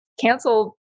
Canceled